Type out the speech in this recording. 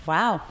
Wow